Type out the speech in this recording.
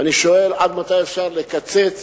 ואני שואל: עד מתי אפשר לקצץ